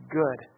good